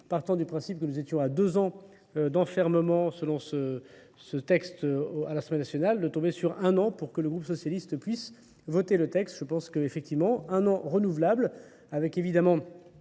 partant du principe que nous étions à deux ans d'enfermement selon ce texte à l'Assemblée nationale de tomber sur un an pour que le groupe socialiste puisse voter le texte je pense qu'effectivement un an renouvelable avec évidemment